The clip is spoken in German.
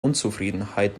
unzufriedenheit